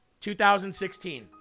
2016